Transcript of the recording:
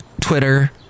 Twitter